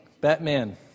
Batman